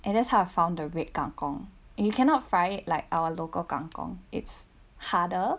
and that's how I found the red kang kong and you cannot find like our local kang kong its harder